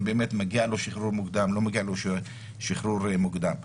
באמת מגיע לו שחרור מוקדם או לא מגיע לו שחרור מוקדם.